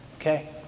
Okay